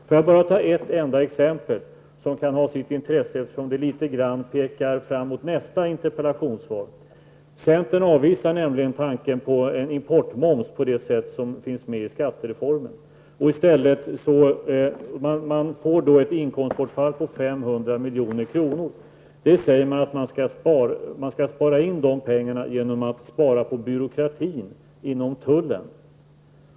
Låt mig bara nämna ett enda exempel som kan vara av intresse, eftersom det litet grand pekar fram emot nästa interpellationssvar. Centern avvisar tanken på en importmoms på det sätt som finns med i skattereformen. Man får då ett inkomstbortfall på 500 milj.kr. Dessa pengar skall sparas in genom att man spar på byråkratin inom tullen.